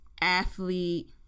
Athlete